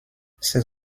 ses